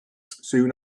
soon